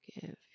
Give